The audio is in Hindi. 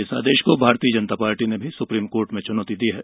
इस आदेश को भारतीय जनता पार्टी ने भी सुप्रीम कोर्ट में चुनौती दी है